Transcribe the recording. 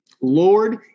Lord